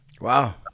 Wow